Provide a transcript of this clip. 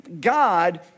God